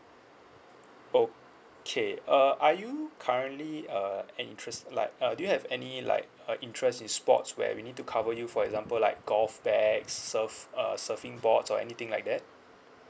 okay uh are you currently uh are you interest like uh do you have any like uh interest in sports where we need to cover you for example like golf bags surf~ uh surfing boards or anything like that